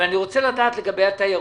אבל אני רוצה לדעת לגבי התיירות.